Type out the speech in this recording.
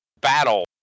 battle